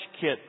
kit